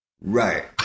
Right